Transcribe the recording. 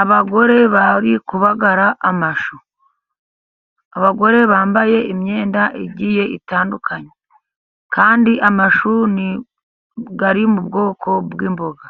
Abagore bari kubagara amashu abagore bambaye imyenda igiye itandukanye, kandi amashu ari mu bwoko bw'imboga.